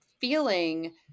feeling